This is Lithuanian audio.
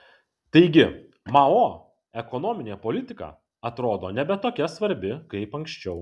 taigi mao ekonominė politika atrodo nebe tokia svarbi kaip anksčiau